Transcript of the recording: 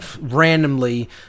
randomly